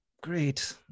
great